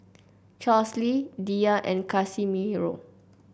Charlsie Diya and Casimiro